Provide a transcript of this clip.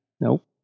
nope